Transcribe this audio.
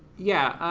yeah,